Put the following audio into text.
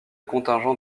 contingent